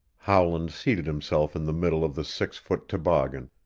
howland seated himself in the middle of the six-foot toboggan,